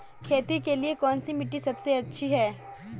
खेती के लिए कौन सी मिट्टी सबसे अच्छी है?